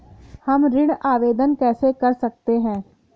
हम ऋण आवेदन कैसे कर सकते हैं?